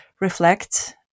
reflect